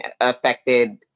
affected